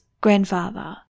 grandfather